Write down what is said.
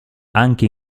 anche